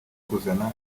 kuzana